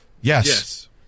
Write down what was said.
Yes